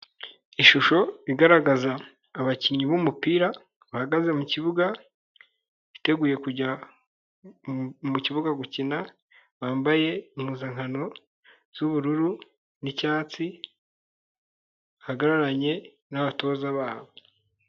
Ishusho igaragaza abakinnyi b'umupira bahagaze mu kibuga biteguye kujya mu kibuga gukina bambaye impuzankano z'bururu n'icyatsi bahagararanye n'abatoza babo.